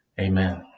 Amen